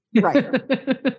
right